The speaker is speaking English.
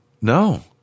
No